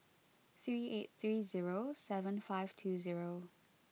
three eight three zero seven five two zero